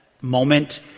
moment